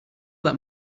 that